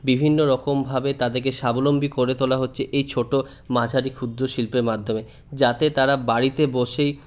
বিভিন্ন রকমভাবে তাদেরকে স্বাবলম্বী করে তোলা হচ্ছে এই ছোটো মাঝারি ক্ষুদ্র শিল্পের মাধ্যমে যাতে তারা বাড়িতে বসেই